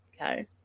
okay